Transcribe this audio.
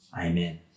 Amen